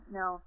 no